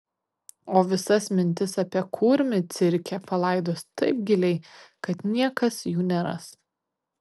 o visas mintis apie kurmį cirke palaidos taip giliai kad niekas jų neras